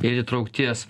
ir įtraukties